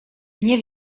nie